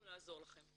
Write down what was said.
אנחנו נעזור לכם.